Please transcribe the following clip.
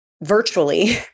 virtually